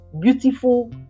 beautiful